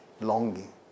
longing